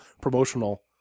promotional